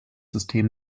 system